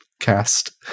cast